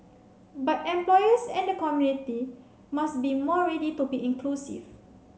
but employers and the community must be more ready to be inclusive